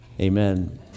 amen